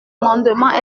amendement